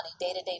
day-to-day